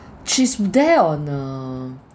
she's there on a